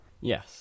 Yes